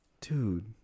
Dude